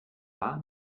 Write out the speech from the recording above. war